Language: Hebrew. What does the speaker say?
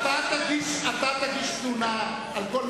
חבר הכנסת ברכה.